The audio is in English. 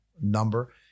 number